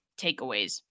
takeaways